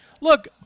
look